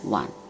one